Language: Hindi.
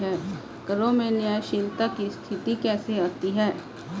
करों में न्यायशीलता की स्थिति कैसे आती है?